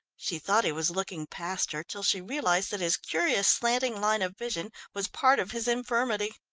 she thought he was looking past her, till she realised that his curious slanting line of vision was part of his infirmity.